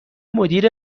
مدیر